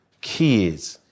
kids